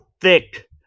Thick